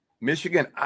Michigan